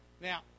Now